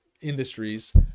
industries